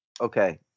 Okay